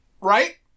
right